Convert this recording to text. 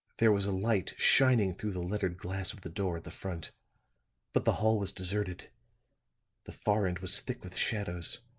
there was a light shining through the lettered glass of the door at the front but the hall was deserted the far end was thick with shadows.